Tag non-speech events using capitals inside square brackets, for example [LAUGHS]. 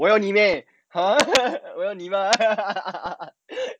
[LAUGHS]